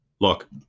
Look